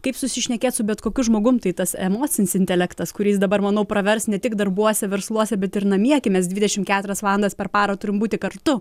kaip susišnekėt su bet kokiu žmogum tai tas emocinis intelektas kuris dabar manau pravers ne tik darbuose versluose bet ir namie kai mes dvidešim keturias valandas per parą turim būti kartu